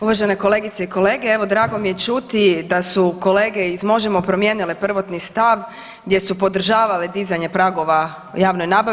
Uvažene kolegice i kolege, evo drago mi je čuti da su kolege iz Možemo! promijenile prvotni stav gdje su podržavali dizanje pragova o javnoj nabavi.